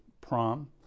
prom